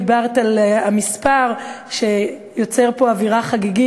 דיברת על המספר שיוצר פה אווירה חגיגית,